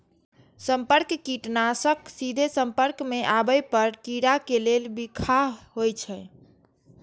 संपर्क कीटनाशक सीधे संपर्क मे आबै पर कीड़ा के लेल बिखाह होइ छै